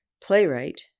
playwright